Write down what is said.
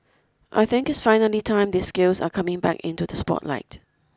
I think it's finally time these skills are coming back into the spotlight